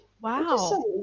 wow